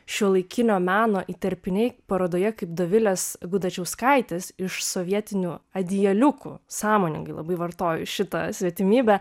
šiuolaikinio meno įterpiniai parodoje kaip dovilės gudačiauskaitės iš sovietinių adijaliukų sąmoningai labai vartoju šitą svetimybę